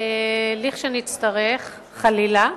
לכשנצטרך, חלילה,